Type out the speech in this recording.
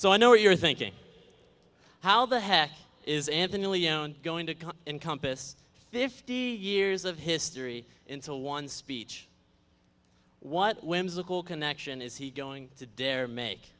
so i know what you're thinking how the heck is anthony leone going to encompass fifty years of history into one speech what whimsical connection is he going to dare make